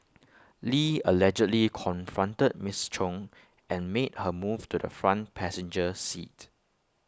lee allegedly confronted miss chung and made her move to the front passenger seat